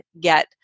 get